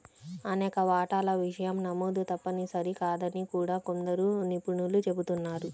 అనేక వాటాల విషయం నమోదు తప్పనిసరి కాదని కూడా కొందరు నిపుణులు చెబుతున్నారు